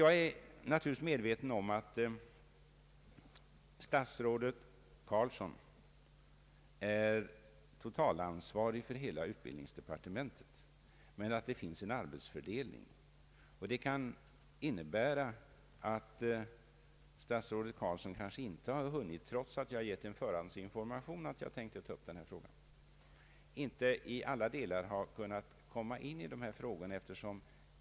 Jag är naturligtvis medveten om att statsrådet Carlsson är totalansvarig för hela utbildningsdepartementet men att det finns en arbetsfördelning. Det kan innebära att statsrådet Carlsson inte har hunnit — trots att jag har gett en förhandsinformation om att jag tänkte ta upp den här frågan — att i alla delar sätta sig in i frågan.